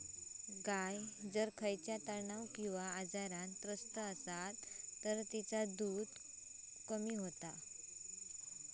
गाय जर खयच्या तणाव किंवा आजारान त्रस्त असात तर तिचा दुध उत्पादन कमी होता